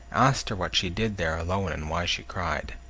asked her what she did there alone and why she cried.